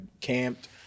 camped